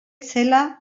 zela